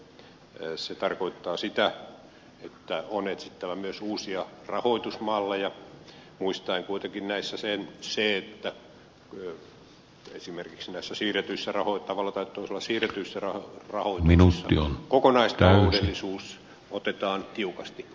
se tarkoittaa sitä että on etsittävä myös uusia rahoitusmalleja muistaen kuitenkin näissä että esimerkiksi näissä tavalla tai toisella siirretyissä rahoituksissa kokonaistaloudellisuus otetaan tiukasti huomioon